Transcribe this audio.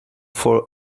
for